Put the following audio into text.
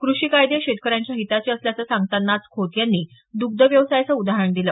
कृषी कायदे शेतकऱ्यांच्या हिताचे असल्याचं सांगताना खोत यांनी द्ग्धव्यवसायाचं उदाहरण दिलं